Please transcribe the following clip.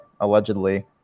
allegedly